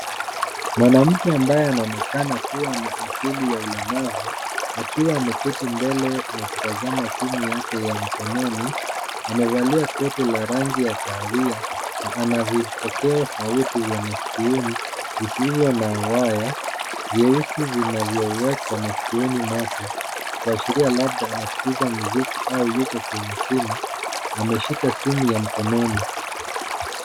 Mwanamke ambaye anaonekana kuwa na asili ya ulemavu akiwa ameketi mbele na kutazama simu yake ya mkononi, amevalia koti la rangi ya kahawia na anavipokea sauti vya masikioni visivyo na waya vyeusi vinavyowekwa masikioni mwake kuashiria labda anaskiza mziki au yuko kwenye simu. Ameshika simu ya mkononi.